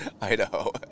Idaho